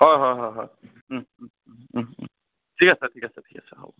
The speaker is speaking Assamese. হয় হয় হয় ঠিক আছে ঠিক আছে ঠিক আছে হ'ব